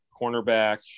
cornerback